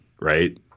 right